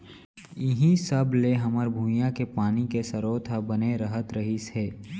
इहीं सब ले हमर भुंइया के पानी के सरोत ह बने रहत रहिस हे